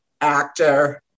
actor